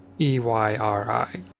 E-Y-R-I